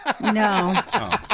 No